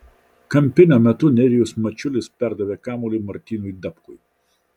kampinio metu nerijus mačiulis perdavė kamuolį martynui dapkui